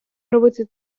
робити